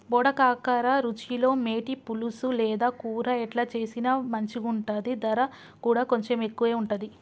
బోడ కాకర రుచిలో మేటి, పులుసు లేదా కూర ఎట్లా చేసిన మంచిగుంటది, దర కూడా కొంచెం ఎక్కువే ఉంటది